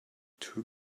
two